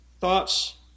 Thoughts